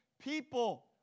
people